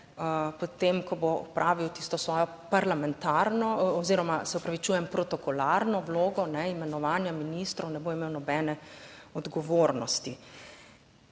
ko bo opravil tisto svojo parlamentarno oziroma, se opravičujem, protokolarno vlogo imenovanja ministrov, ne bo imel nobene odgovornosti.